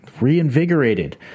reinvigorated